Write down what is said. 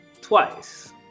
twice